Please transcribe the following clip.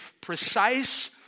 precise